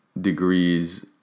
degrees